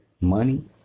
money